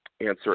answer